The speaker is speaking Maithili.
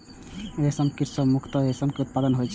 रेशम कीट सं मुख्यतः रेशम के उत्पादन होइ छै